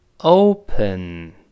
open